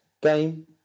game